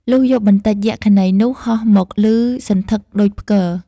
លុះយប់បន្តិច យក្ខិនីនោះហោះមកលឺសន្ធឹកដូចផ្គរ។